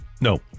No